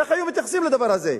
איך היו מתייחסים לדבר הזה?